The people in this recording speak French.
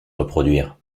reproduire